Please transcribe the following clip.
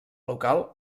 local